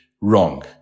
wrong